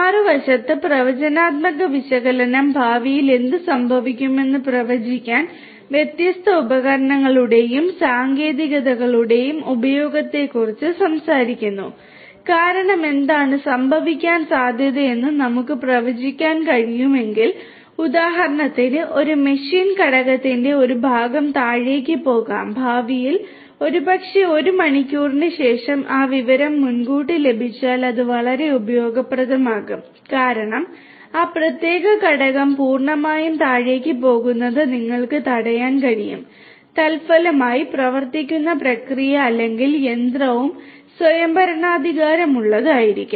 മറുവശത്ത് പ്രവചനാത്മക വിശകലനം ഭാവിയിൽ എന്ത് സംഭവിക്കുമെന്ന് പ്രവചിക്കാൻ വ്യത്യസ്ത ഉപകരണങ്ങളുടെയും സാങ്കേതികതകളുടെയും ഉപയോഗത്തെക്കുറിച്ച് സംസാരിക്കുന്നു കാരണം എന്താണ് സംഭവിക്കാൻ സാധ്യതയെന്ന് നമുക്ക് പ്രവചിക്കാൻ കഴിയുമെങ്കിൽ ഉദാഹരണത്തിന് ഒരു മെഷീൻ ഘടകത്തിന്റെ ഒരു ഭാഗം താഴേക്ക് പോകാം ഭാവിയിൽ ഒരുപക്ഷേ 1 മണിക്കൂറിന് ശേഷം ആ വിവരം മുൻകൂട്ടി ലഭിച്ചാൽ അത് വളരെ ഉപയോഗപ്രദമാകും കാരണം ആ പ്രത്യേക ഘടകം പൂർണ്ണമായും താഴേക്ക് പോകുന്നത് നിങ്ങൾക്ക് തടയാൻ കഴിയും തൽഫലമായി പ്രവർത്തിക്കുന്ന പ്രക്രിയ അല്ലെങ്കിൽ യന്ത്രവും സ്വയംഭരണാധികാരമുള്ളതായിരിക്കും